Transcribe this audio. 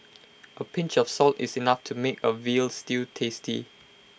A pinch of salt is enough to make A Veal Stew tasty